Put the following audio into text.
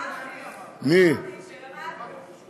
אני אמרתי את זה.